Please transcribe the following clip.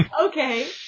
okay